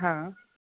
હા